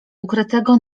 ukrytego